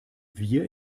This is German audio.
wir